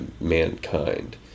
mankind